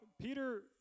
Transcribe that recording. Peter